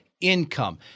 income